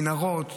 מנהרות.